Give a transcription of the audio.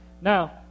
Now